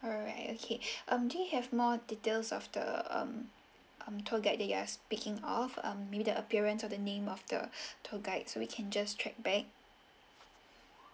alright okay um do you have more details of the um um tour guide that you are speaking of um maybe the appearance or the name of the tour guide so we can just track back